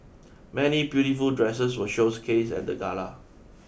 many beautiful dresses were showcased at the gala